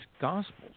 Gospels